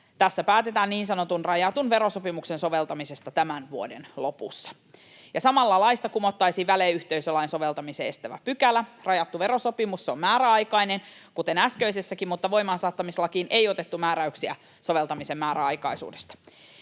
Tässä päätetään niin sanotun rajatun verosopimuksen soveltaminen tämän vuoden lopussa, ja samalla laista kumottaisiin väliyhteisölain soveltamisen estävä pykälä. Rajattu verosopimus on määräaikainen, kuten äskeisessäkin, mutta voimaansaattamislakiin ei otettu määräyksiä soveltamisen määräaikaisuudesta.